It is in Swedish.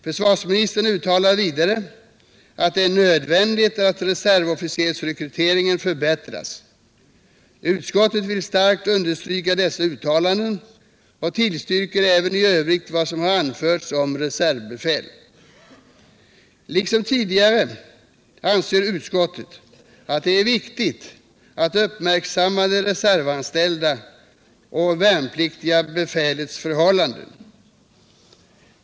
Försvarsministern uttalar vidare att det är nödvändigt att reservofficersrekryteringen förbättras. Utskottet vill kraftigt understryka dessa uttalanden och tillstyrker även i övrigt vad som har anförts om reservbefäl. Liksom tidigare anser utskottet att det är viktigt att uppmärksamma det reservanställda och värnpliktiga befälets förhållanden.